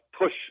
push